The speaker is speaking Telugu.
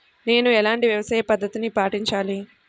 నేను ఎలాంటి వ్యవసాయ పద్ధతిని పాటించాలి?